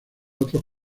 otros